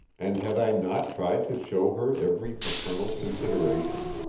and had i not tried to show her every paternal consideration?